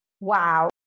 Wow